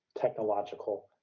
technological